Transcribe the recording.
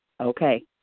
okay